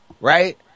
Right